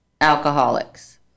alcoholics